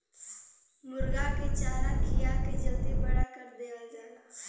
मुरगा के चारा खिया के जल्दी बड़ा कर देवल जाला